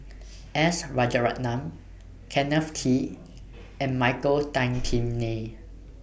S Rajaratnam Kenneth Kee and Michael Tan Kim Nei